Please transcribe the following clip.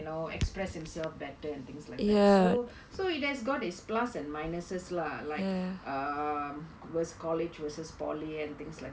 you know expressed himself better and things like that so so it has got its plus and minuses lah like ya err college versus polytechnic and things like